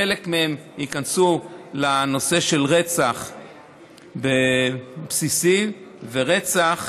חלק מהן ייכנסו לנושא של רצח בסיסי ורצח